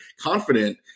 confident